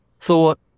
thought